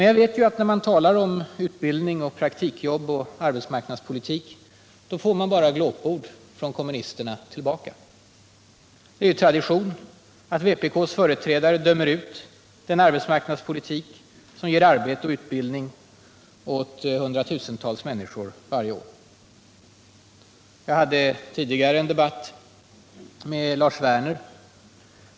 Jag vet ju att när man talar om utbildning, praktikjobb och arbetsmarknadspolitik får man bara glåpord från kommunisterna tillbaka. Det är tradition att vpk:s företrädare dömer ut den arbetsmarknadspolitik som ger arbete och utbildning åt hundratusentals människor varje år. Jag hade tidigare en debatt med Lars Werner.